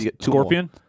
Scorpion